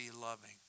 loving